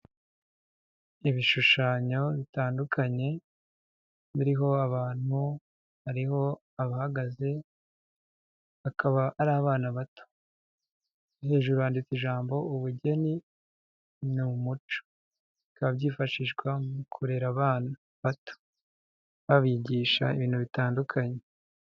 Ibishushanyo bitandukanye biriho abantu, hariho abahagaze akaba ari abana bato. Hejuru banditse ijambo ubugeni n'umuco bikaba byifashishwa mu kurera abana bato, babigisha ibintu bitandukanye.